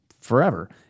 forever